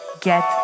Get